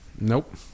Nope